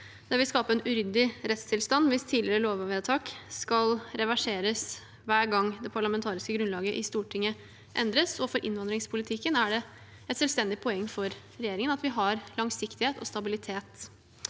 Det vil skape en uryddig rettstilstand hvis tidligere lovvedtak skal reverseres hver gang det parlamentariske grunnlaget i Stortinget endres, og for innvandringspolitikken er det et selvstendig poeng for regjeringen at vi har langsiktighet og stabilitet.